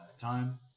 time